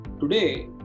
Today